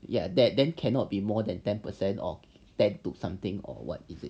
ya that then cannot be more than ten percent or ten to something or what is it